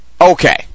Okay